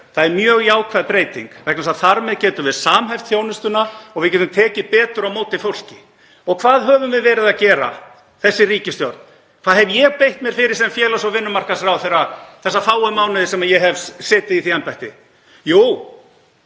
Það er mjög jákvæð breyting vegna þess að þar með getum við samhæft þjónustuna og við getum tekið betur á móti fólki. Og hvað höfum við verið að gera, þessi ríkisstjórn? Hverju hef ég beitt mér fyrir sem félags- og vinnumarkaðsráðherra, þessa fáu mánuði sem ég hef setið í því embætti? Jú,